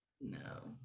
no